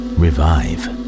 revive